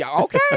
Okay